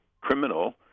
criminal